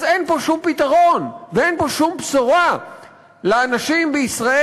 אז אין פה שום פתרון ואין פה שום בשורה לאנשים בישראל,